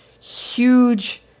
huge